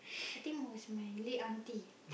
I think it was my late aunty